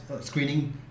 screening